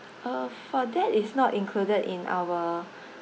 uh for that it's not included in our